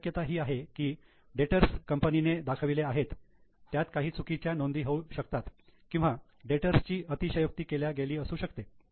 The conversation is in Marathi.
एक शक्यता ही आहे की जे डेटर्स कंपनीने दाखविले आहेत त्यात काही चुकीच्या नोंदी होऊ शकतात किंवा डेटर्स ची अतिशयोक्ती केल्या गेली असू शकते